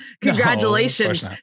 Congratulations